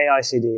AICD